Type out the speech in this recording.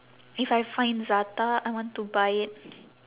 if I find za'atar I want to buy it